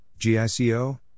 GICO